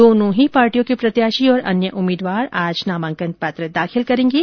दोनों ही पार्टियों के प्रत्याशी और अन्य उम्मीदवार आज नामांकन पत्र दाखिल करेंगे